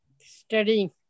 studying